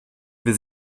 wir